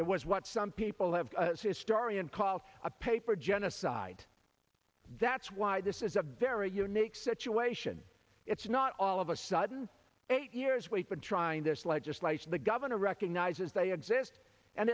it was what some people have historian called a paper genocide that's why this is a very unique situation it's not all of a sudden eight years wait but trying this legislation the governor recognizes they exist and